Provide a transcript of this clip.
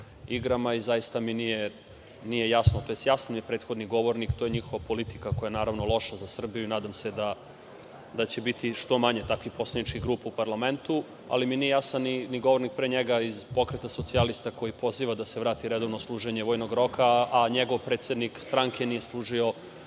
igrama i zaista mi nije jasno, tj. jasno mi je, prethodni govornik, to je njihova politika koja je naravno loša za Srbiju i nadam se da će biti što manje takvih poslaničkih grupa u parlamentu, ali mi nije jasan ni govornik pre njega iz Pokreta socijalista koji poziva da se vrati redovno služenje vojnog roka, a njegov predsednik stranke nije služio